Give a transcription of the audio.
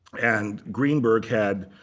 and greenberg had,